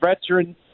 veteran